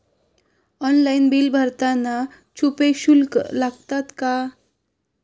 Online bill भरताना छुपे शुल्क लागतात का?